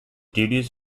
duties